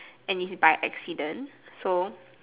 and is by accident so